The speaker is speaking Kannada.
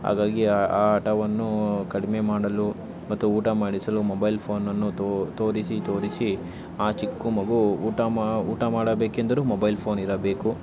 ಹಾಗಾಗಿ ಆ ಆ ಹಠವನ್ನು ಕಡಿಮೆ ಮಾಡಲು ಮತ್ತು ಊಟ ಮಾಡಿಸಲು ಮೊಬೈಲ್ ಫೋನನ್ನು ತೋರಿಸಿ ತೋರಿಸಿ ಆ ಚಿಕ್ಕ ಮಗು ಊಟ ಮಾ ಊಟ ಮಾಡಬೇಕೆಂದರೂ ಮೊಬೈಲ್ ಫೋನ್ ಇರಬೇಕು